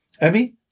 Abby